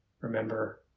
remember